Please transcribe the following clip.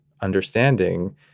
understanding